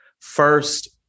First